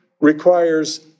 requires